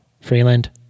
Freeland